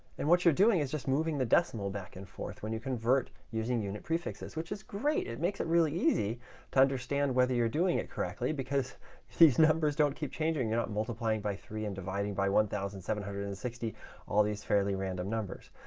and what you're doing is just moving the decimal back and forth when you convert using unit prefixes, which is great. it makes it really easy to understand whether you're doing it correctly because these numbers don't keep changing. you're not multiplying by three and dividing by one thousand seven hundred and sixty all these fairly random numbers.